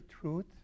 truth